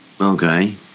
Okay